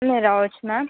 రావచ్చు మ్యామ్